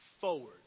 Forward